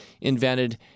invented